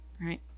right